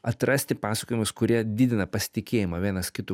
atrasti pasakojimus kurie didina pasitikėjimą vienas kitu